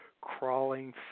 crawling